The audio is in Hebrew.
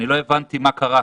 אני לא הבנתי מה קרה.